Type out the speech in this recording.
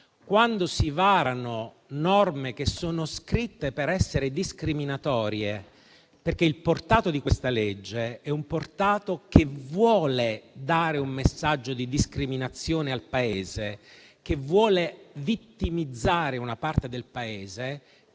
quando si varano norme che sono scritte per essere discriminatorie, perché il portato di questa legge vuole dare un messaggio di discriminazione al Paese e vuole vittimizzare una parte del Paese,